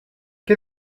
qué